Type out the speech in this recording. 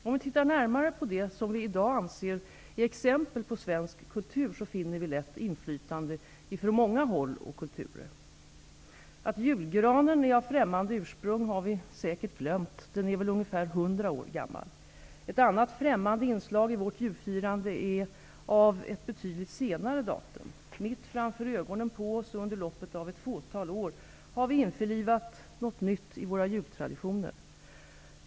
Om vi tittar närmare på det som vi i dag anser är exempel på svensk kultur finner vi lätt inflytande från många håll och kulturer. Att julgranen är av främmande ursprung har vi säkert glömt, den är väl ungefär hundra år gammal. Ett annat främmande inslag i vårt julfirande är av betydligt senare datum. Mitt framför ögonen på oss, och under loppet av ett fåtal år, har vi införlivat något nytt i våra jultraditioner.